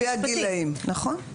לפי הגילאים, נכון.